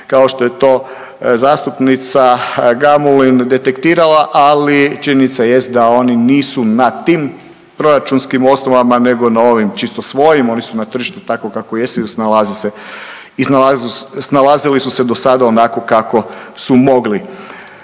kao što je to zastupnica Gamulin detektirala. Ali činjenica jest da oni nisu na tim proračunskim osnovama nego na ovim čisto svojim. Oni su na tržištu tako kako jesu i snalazili su se do sada onako kako su mogli.